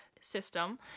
system